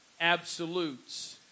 absolutes